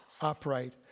upright